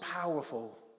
powerful